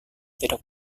tidak